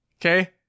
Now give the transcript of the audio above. Okay